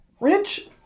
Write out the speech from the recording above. Rich